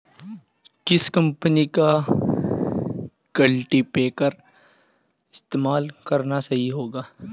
किस कंपनी का कल्टीपैकर इस्तेमाल करना सही होगा?